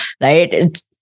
right